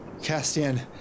Castian